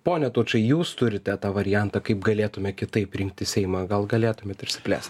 pone tučai jūs turite tą variantą kaip galėtume kitaip rinkti seimą gal galėtumėt išsiplėst